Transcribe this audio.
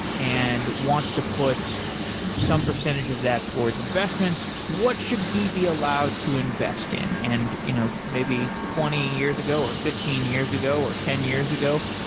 and wants to put some percentage of that towards investments, what should he be allowed to invest in? and you know maybe twenty years ago, or fifteen years ago, or ten years ago,